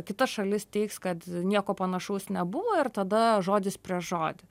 kita šalis teigs kad nieko panašaus nebuvo ir tada žodis prieš žodį